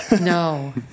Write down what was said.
no